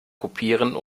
kopieren